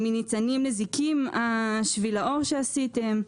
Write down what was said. מניצנים לזיקים שביל האור שעשיתם,